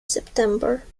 september